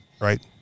right